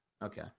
Okay